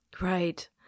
Right